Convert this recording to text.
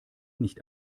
nicht